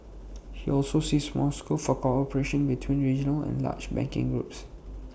he also sees more scope for cooperation between regional and large banking groups